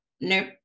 Nope